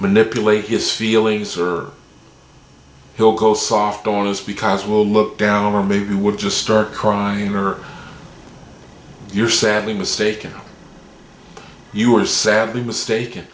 manipulate his feelings or he'll go soft on us because we'll look down or maybe we would just start crying or you're sadly mistaken you are sadly mistaken